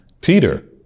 Peter